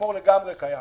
המקור לגמרי קיים.